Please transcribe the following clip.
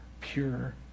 pure